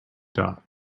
dog